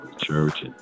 Church